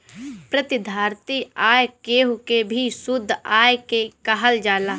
प्रतिधारित आय केहू के भी शुद्ध आय के कहल जाला